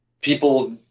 people